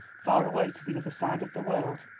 far away to the other side of the world?